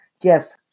Yes